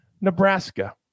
Nebraska